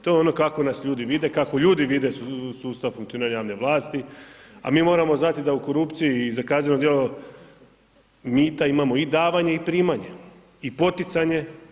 To je ono kako nas ljudi vide, kako ljudi vide sustav funkcioniranja javne vlasti, a mi moramo znati da u korupciji i za kazneno djelo mita imamo i davanje i primanje i poticanje.